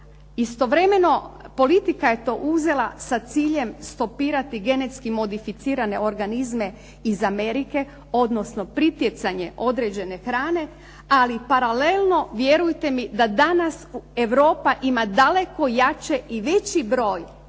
Istovremeno, politika je to uzela sa ciljem stopirati genetski modificirane organizme iz Amerike odnosno pritjecanje određene hrane ali paralelno vjerujte mi da danas Europa ima daleko jače i veći broj